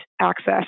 access